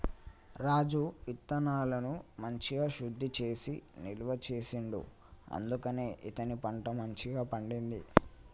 రాజు విత్తనాలను మంచిగ శుద్ధి చేసి నిల్వ చేసిండు అందుకనే అతని పంట మంచిగ పండింది